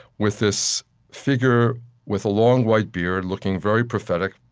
with this figure with a long white beard, looking very prophetic,